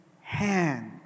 hand